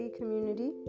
community